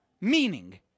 meaning